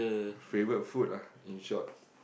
favourite food ah in short